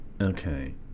Okay